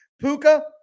Puka